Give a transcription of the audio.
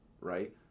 Right